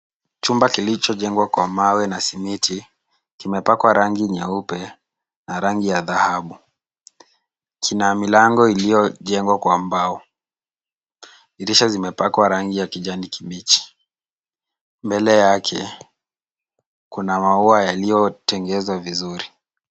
Chumba kilichojengwa kwa mawe na simiti kimepakwa rangi nyeupe na rangi ya dhahabu. Kina milango iliyojengwa kwa mbao. Dirisha zimepakwa rangi ya kijani kibichi. Mbele yake kuna maua yaliyotengezwa vizuri.